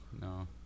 No